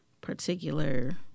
particular